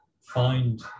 find